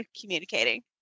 communicating